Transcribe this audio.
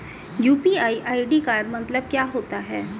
UPI ID का मतलब क्या होता है?